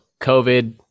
COVID